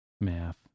math